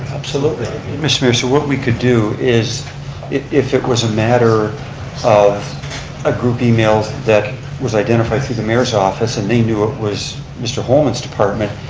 absolutely. mr. mayor, so what we could do is if it was a matter of a group email that was identified through the mayor's office and they knew it was mr. holman's department,